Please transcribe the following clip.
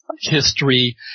history